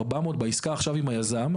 ה-400,000 בעסקה עכשיו עם היזם,